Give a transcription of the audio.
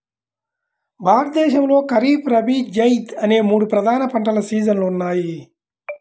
భారతదేశంలో ఖరీఫ్, రబీ, జైద్ అనే మూడు ప్రధాన పంటల సీజన్లు ఉన్నాయి